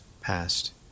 passed